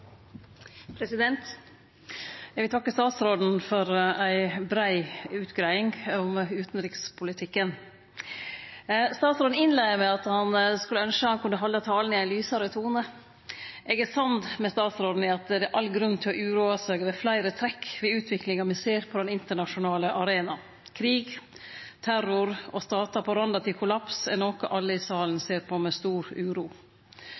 Eg vil takka statsråden for ei brei utgreiing om utanrikspolitikken. Statsråden innleia med at han skulle ønskje han kunne halde talen i ein lysare tone. Eg er samd med statsråden i at det er all grunn til å uroe seg over fleire trekk ved utviklinga me ser på den internasjonale arenaen. Krig, terror og statar på randa til kollaps er noko alle i salen ser på med stor uro.